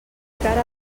encara